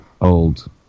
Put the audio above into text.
old